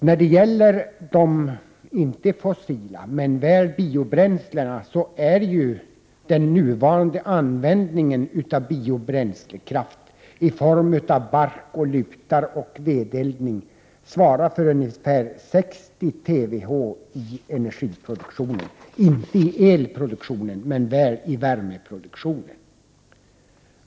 När det gäller de icke fossila men väl biobränslena svarar ju den nuvarande användningen av biobränslekraft i form av bark, lutar och vedeldning för ungefär 60 TWh i energiproduktionen — inte i elproduktionen men väl i värmeproduktionen.